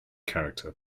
character